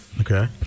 Okay